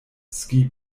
ski